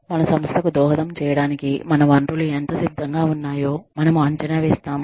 మన సంస్థకు దోహదం చేయడానికి మన వనరులు ఎంత సిద్ధంగా ఉన్నాయో మనము అంచనా వేస్తాము